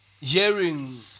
hearing